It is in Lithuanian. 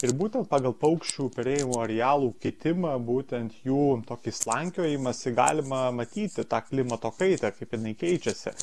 ir būtent pagal paukščių perėjimo realų kitimą būtent jų tokį slankiojimasį galima matyti tą klimato kaitą kaip jinai keičiasi